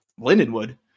Lindenwood